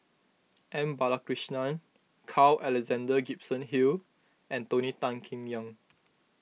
M Balakrishnan Carl Alexander Gibson Hill and Tony Tan Keng Yam